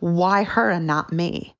why her and not me?